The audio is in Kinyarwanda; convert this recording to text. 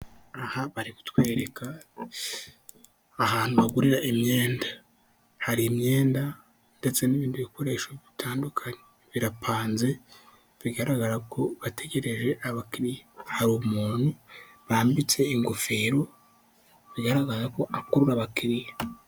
Aha bari kutwereka ahantu bagurira imyenda. Hari imyenda ndetse n'ibindi bikoresho bitandukanye, birapanze, bigaragara ko bategereje abakiriya. Hari umuntu bambitse ingofero bigaragaza ko akurura abakiriya.